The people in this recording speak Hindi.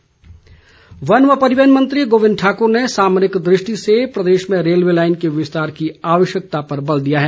गोविंद वन व परिवहन मंत्री गोविंद ठाकर ने सामरिक दृष्टि से प्रदेश में रेलवे लाइन के विस्तार की आवश्यकता पर बल दिया है